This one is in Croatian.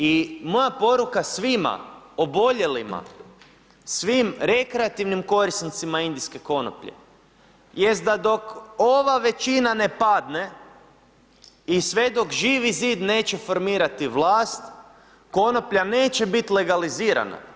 I moja poruka svima oboljelima, svim rekreativnim korisnicima indijske konoplje jest da dok ova većina ne padne i sve dok Živi zid neće formirati vlast, konoplja neće biti legalizirana.